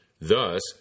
Thus